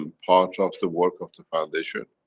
and part of the work of the foundation.